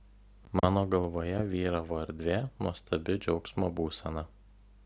mano galvoje vyravo erdvė nuostabi džiaugsmo būsena